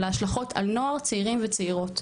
על ההשלכות על נוער צעירים וצעירות,